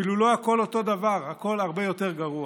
אפילו לא הכול אותו הדבר, הכול הרבה יותר גרוע.